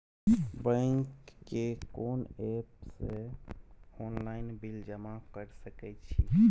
Bank के कोन app से ऑनलाइन बिल जमा कर सके छिए?